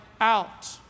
out